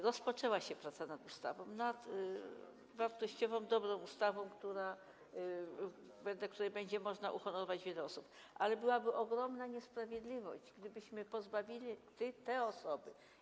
Rozpoczęła się praca nad ustawą, nad wartościową, dobrą ustawą, wedle której będzie można uhonorować wiele osób, ale byłaby ogromna niesprawiedliwość, gdybyśmy pozbawili te osoby.